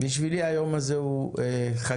בשבילי היום הזה הוא חגיגי